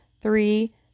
three